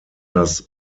das